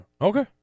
Okay